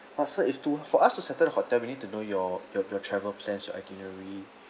ah sir if to for us to certain hotel we need to know your your your travel plans your itinerary